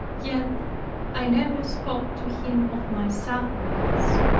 yet i never spoke to him of my sufferings.